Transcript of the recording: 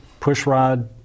pushrod